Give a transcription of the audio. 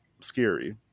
Scary